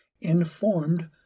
informed